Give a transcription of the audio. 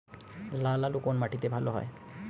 লাল আলু কোন মাটিতে ভালো হয়?